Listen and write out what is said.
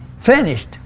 finished